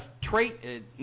trait